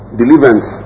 deliverance